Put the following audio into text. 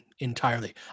Entirely